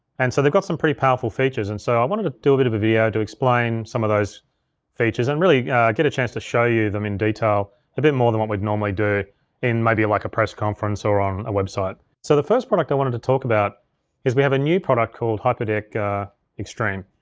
and so they've got some pretty powerful features, and so i wanted to do a bit of a video to explain some of those features and really get a chance to show you them in detail a bit more than what we'd normally do in maybe like a press conference or on our website. so the first product i wanted to talk about is we have a new product called hyperdeck extreme.